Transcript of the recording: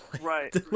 right